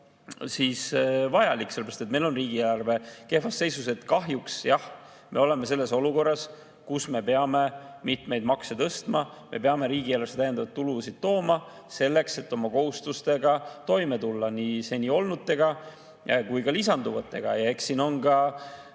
ka vajalik, sellepärast et meil on riigieelarve kehvas seisus. Kahjuks, jah, me oleme olukorras, kus me peame mitmeid makse tõstma, me peame riigieelarvesse täiendavaid tulusid tooma selleks, et oma kohustustega toime tulla, nii seniste kui ka lisanduvatega. Eks siin on ka,